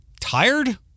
tired